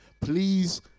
Please